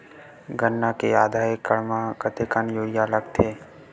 गन्ना के आधा एकड़ म कतेकन यूरिया लगथे?